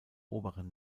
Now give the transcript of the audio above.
oberen